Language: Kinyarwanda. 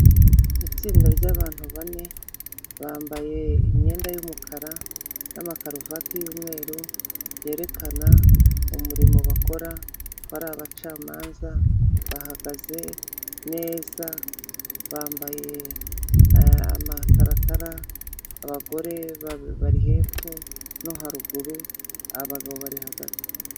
Itsinda ry'abantu bane bambaye imyenda y'umukara namakaruvati y'umweru byerekana umurimo bakora ko ari abacamanza bahagaze neza bambaye amataratara abagore bari hepfo no haruguru abagabo bari hagati .